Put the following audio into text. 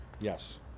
Yes